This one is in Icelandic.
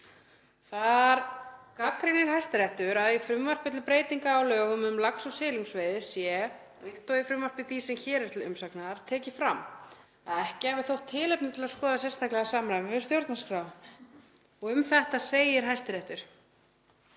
Þar gagnrýnir Hæstiréttur að í frumvarpi til breytinga á lögum um lax- og silungsveiði sé, líkt og í frumvarpi því sem hér er til umsagnar, tekið fram að ekki hafi þótt tilefni til að skoða sérstaklega samræmi við stjórnarskrá. Um þetta segir Hæstiréttur: